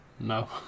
no